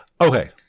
okay